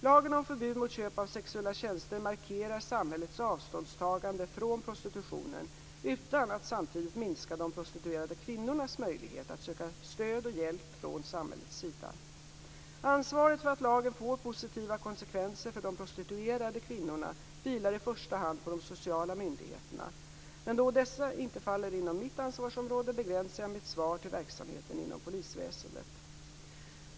Lagen om förbud mot köp av sexuella tjänster markerar samhällets avståndstagande från prostitutionen utan att samtidigt minska de prostituerade kvinnornas möjligheter att söka stöd och hjälp från samhällets sida. Ansvaret för att lagen får positiva konsekvenser för de prostituerade kvinnorna vilar i första hand på de sociala myndigheterna, men då dessa inte faller inom mitt ansvarsområde begränsar jag mitt svar till verksamheten inom polisväsendet.